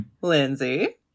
Lindsay